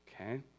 okay